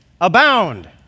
abound